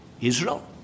Israel